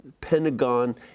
Pentagon